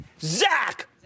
Zach